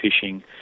fishing